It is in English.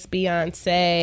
Beyonce